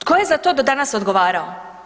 Tko je za to do danas odgovarao?